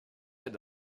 had